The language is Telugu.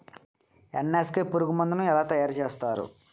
ఎన్.ఎస్.కె పురుగు మందు ను ఎలా తయారు చేస్తారు?